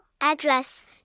address